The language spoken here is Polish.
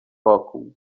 wokół